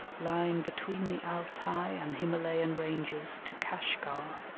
lying between the altai and himalayan ranges to kashgar.